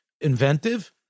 inventive